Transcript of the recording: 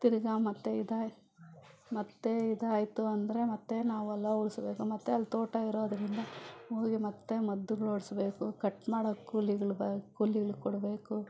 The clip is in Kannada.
ತಿರ್ಗ ಮತ್ತೆ ಇದಾಯ್ತು ಮತ್ತೆ ಇದಾಯಿತು ಅಂದರೆ ಮತ್ತೆ ನಾವು ಹೊಲ ಉಳಸ್ಬೇಕು ಮತ್ತೆ ಅಲ್ಲಿ ತೋಟ ಇರೋದರಿಂದ ಹೋಗಿ ಮತ್ತೆ ಮದ್ದುಗಳೊಡೆಸ್ಬೇಕು ಕಟ್ ಮಾಡೋ ಕೂಲಿಗಳು ಬ್ ಕೂಲಿಗಳಿಗೆ ಕೊಡಬೇಕು